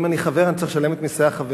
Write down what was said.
אבל אם אני חבר אני צריך לשלם את מסי החבר.